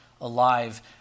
alive